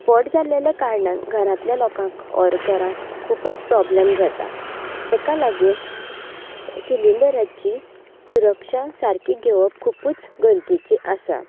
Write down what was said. spot जाल्लेल्या कारणान घरातल्या लोकांक ऑर घराक खुबूच प्रॉब्लम जाता ताका लागून सिलिंडराची सुरक्षा सारकी घेवप खुबूच गरजेची आसा